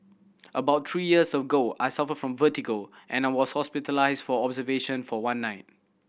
about three years ago I suffered from vertigo and was hospitalised for observation for one night